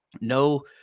no